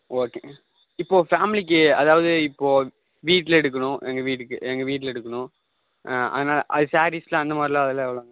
okay இப்போது ஃபேமிலிக்கு அதாவது இப்போது வீட்டில எடுக்கணும் எங்கள் வீட்டுக்கு எங்கள் வீட்டில எடுக்கணும் அதனால அது சாரீஸ்லாம் அந்தமாதிரிலாம் அதெலாம் எவ்வளோங்க வரும்